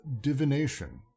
divination